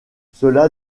cela